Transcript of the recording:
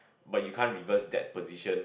but you can't reverse that position